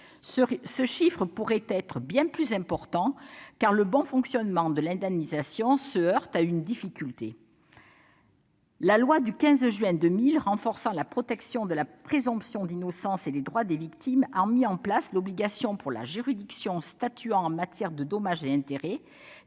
Ce chiffre pourrait cependant être bien plus important, car le bon fonctionnement de l'indemnisation se heurte à une difficulté. La loi du 15 juin 2000 renforçant la protection de la présomption d'innocence et les droits des victimes a mis en place l'obligation pour la juridiction statuant en matière de dommages et intérêts